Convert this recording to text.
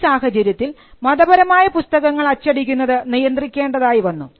ഈ സാഹചര്യത്തിൽ മതപരമായ പുസ്തകങ്ങൾ അച്ചടിക്കുന്നത് നിയന്ത്രിക്കേണ്ടതായി വന്നു